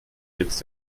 jetzt